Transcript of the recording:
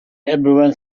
everyone